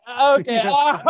Okay